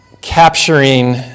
capturing